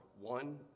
one